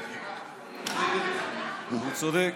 הוא צודק.